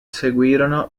seguirono